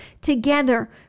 together